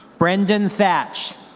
brendan thach.